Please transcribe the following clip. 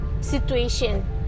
situation